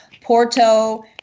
Porto